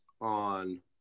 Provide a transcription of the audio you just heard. on